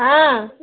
ହଁ